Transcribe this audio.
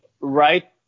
right